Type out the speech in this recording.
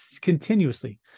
continuously